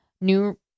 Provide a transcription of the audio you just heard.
New